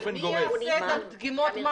מי עושה את דגימות המים?